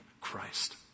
Christ